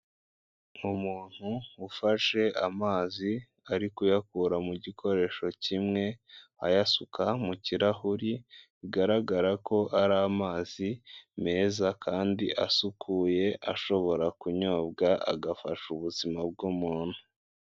Umuntu ufashe amazi ari kuyakura mu gikoresho kimwe ayasuka mu kirahuri, bigaragara ko ari amazi meza kandi asukuye, ashobora kunyobwa agafasha ubuzima bw'umuntu.